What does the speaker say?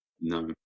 No